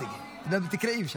תקראי משם.